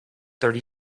thirty